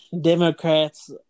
Democrats